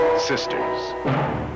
Sisters